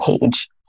page